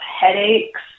headaches